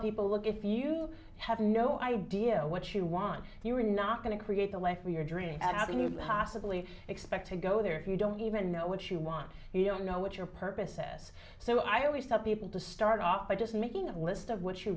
people look if you have no idea what you want you're not going to create the life of your dream ave the possibly expect to go there if you don't even know what you want he'll know what your purpose says so i always tell people to start off by just making a list of what you